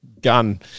gun